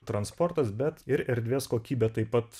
transportas bet ir erdvės kokybė taip pat